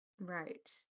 Right